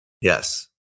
Yes